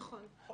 נכון.